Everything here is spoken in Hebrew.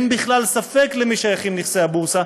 אין בכלל ספק למי שייכים נכסי הבורסה,